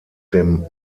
dem